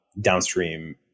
downstream